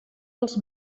els